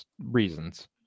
reasons